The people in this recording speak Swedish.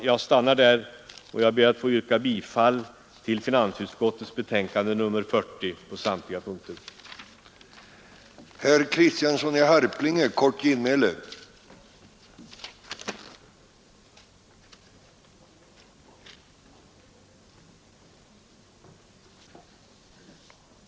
Jag slutar här och ber att få yrka bifall till finansutskottets hemställan på samtliga punkter i betänkandet nr 40.